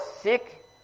sick